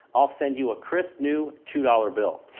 i'll send you a crisp, new two dollars bill.